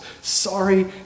sorry